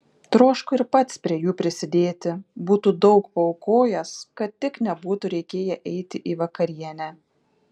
troško ir pats prie jų prisidėti būtų daug paaukojęs kad tik nebūtų reikėję eiti į vakarienę